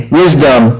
wisdom